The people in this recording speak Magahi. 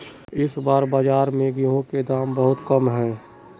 इस बार बाजार में गेंहू के दाम बहुत कम है?